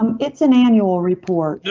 it's an annual report.